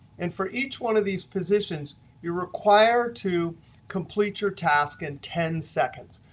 and for each one of these positions you're required to complete your task in ten seconds.